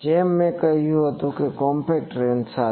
છે જેમ મેં કહ્યું હતું કોમ્પેક્ટ રેન્જ સાથે